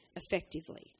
effectively